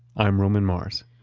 i'm roman mars.